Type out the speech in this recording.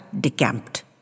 decamped